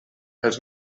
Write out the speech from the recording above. els